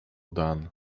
dan